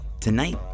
Tonight